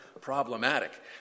problematic